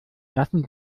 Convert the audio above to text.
lassen